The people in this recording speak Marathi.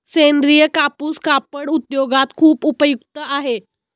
सेंद्रीय कापूस कापड उद्योगात खूप उपयुक्त आहे